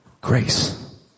grace